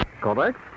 Correct